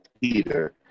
Peter